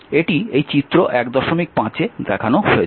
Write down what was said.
এটি এই চিত্র 15 এ দেখানো হয়েছে